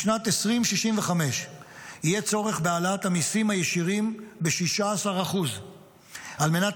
בשנות 2065 יהיה צורך בהעלאת המיסים הישירים ב-16% על מנת